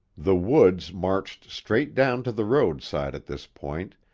the woods marched straight down to the roadside at this point,